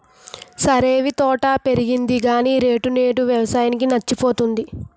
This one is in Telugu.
సరేవీ తోట పెరిగింది గాని రేటు నేదు, వేసవి కి సచ్చిపోతాంది